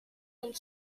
and